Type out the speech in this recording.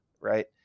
right